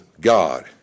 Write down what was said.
God